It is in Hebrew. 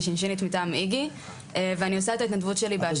אני שינשינית מטעם איגי ואני עושה את ההתנדבות שלי באשדוד.